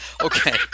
Okay